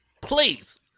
please